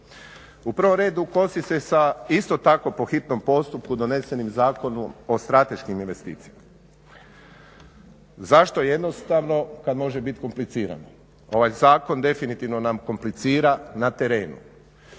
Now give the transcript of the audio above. U prvom redu kosi se sa isto tako po hitnom postupku donesenim Zakonom o strateškim investicijama. Zašto jednostavno kad može biti komplicirano? Ovaj zakon definitivno nam komplicira na terenu.